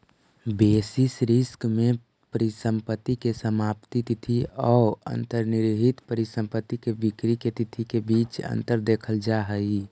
basis risk में परिसंपत्ति के समाप्ति तिथि औ अंतर्निहित परिसंपत्ति के बिक्री के तिथि के बीच में अंतर देखल जा हई